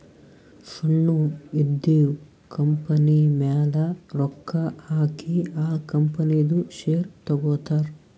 ಸಣ್ಣು ಇದ್ದಿವ್ ಕಂಪನಿಮ್ಯಾಲ ರೊಕ್ಕಾ ಹಾಕಿ ಆ ಕಂಪನಿದು ಶೇರ್ ತಗೋತಾರ್